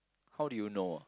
how do you know ah